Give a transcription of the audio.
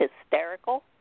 hysterical